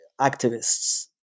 activists